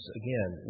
again